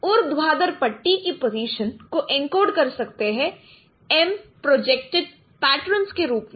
ऊर्ध्वाधर पट्टी की पोजीशन को एन्कोड कर सकते हैं m प्रोजेक्टेड पेटर्न्स के रूप में